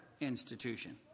institution